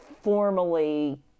formally